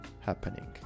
happening